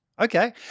okay